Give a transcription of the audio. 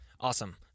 Awesome